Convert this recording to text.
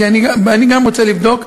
כי אני רוצה לבדוק.